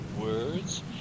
words